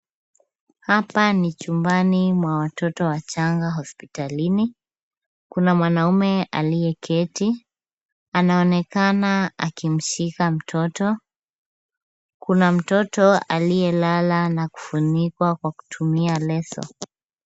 Hapa ni chumbani mwa watoto wachanga hospitalini. Kuna mwanaume aliyeketi. Anaonekana akimshika mtoto. Kuna mtoto aliyelala na kufunikwa kwa kutumia leso.